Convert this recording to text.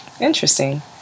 Interesting